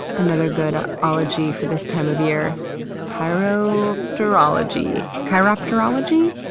another good ology for this time of year chiropterology. chiropterology.